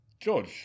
George